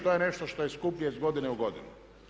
To je nešto što je skuplje iz godine u godinu.